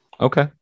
Okay